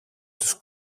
τους